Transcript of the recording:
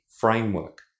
framework